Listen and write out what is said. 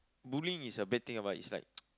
bullying is a bad thing ah but is like